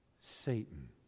Satan